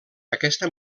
aquesta